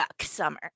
summer